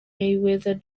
mayweather